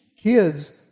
kids